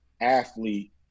athlete